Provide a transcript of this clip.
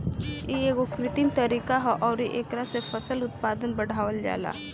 इ एगो कृत्रिम तरीका ह अउरी एकरा से फसल के उत्पादन बढ़ावल जाला